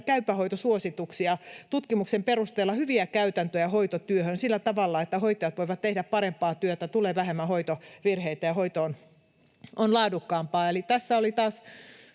Käypä hoito ‑suosituksia, tutkimuksen perusteella hyviä käytäntöjä hoitotyöhön, sillä tavalla, että hoitajat voivat tehdä parempaa työtä: tulee vähemmän hoitovirheitä, ja hoito on laadukkaampaa. Eli tässä oli taas